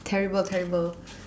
terrible terrible